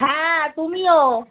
হ্যাঁ তুমিও